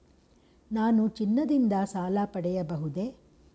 ನಾನು ಚಿನ್ನದಿಂದ ಸಾಲ ಪಡೆಯಬಹುದೇ?